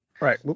Right